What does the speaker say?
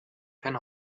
kein